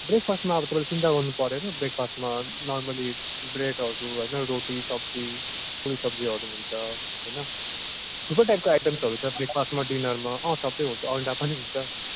ब्रेकफास्टमा अब तपाईँले चिन्ता गर्नु परेन ब्रेकफास्टमा नर्मली ब्रेडहरू होइन रोटी सब्जी पुरी सब्जीहरू हुन्छ होइन थुप्रो टाइपको आइटम्सहरू छ ब्रेकफास्टमा डिनरमा सबै हुन्छ अन्डा पनि हुन्छ